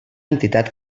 entitat